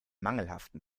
mangelhaften